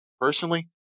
Personally